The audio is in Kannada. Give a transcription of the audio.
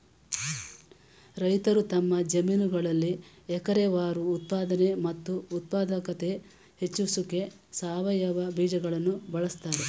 ರೈತರು ತಮ್ಮ ಜಮೀನುಗಳಲ್ಲಿ ಎಕರೆವಾರು ಉತ್ಪಾದನೆ ಮತ್ತು ಉತ್ಪಾದಕತೆ ಹೆಚ್ಸೋಕೆ ಸಾವಯವ ಬೀಜಗಳನ್ನು ಬಳಸ್ತಾರೆ